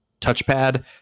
touchpad